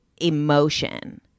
emotion